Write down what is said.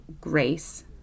grace